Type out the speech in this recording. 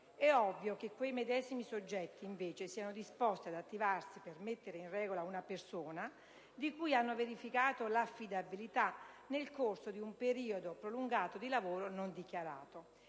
E' ovvio che quei medesimi soggetti, invece, sono disposti ad attivarsi per mettere in regola una persona di cui hanno verificato l'affidabilità nel corso di un periodo prolungato di lavoro non dichiarato.